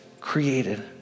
created